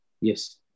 Yes